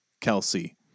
Kelsey